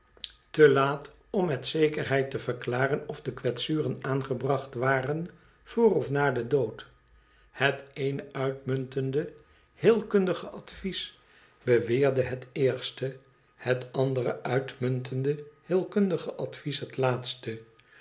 te laat om met zekerheid te verklaren of de kwetsuren aangebracht waren voor of na den dood het eene uitmuntende heelkundig advies beweerde het eerste het andere uitmuntende heelkundige advies het laatste